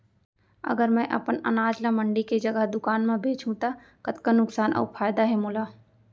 अगर मैं अपन अनाज ला मंडी के जगह दुकान म बेचहूँ त कतका नुकसान अऊ फायदा हे मोला?